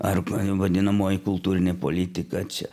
arba vadinamoji kultūrinė politika čia